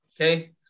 okay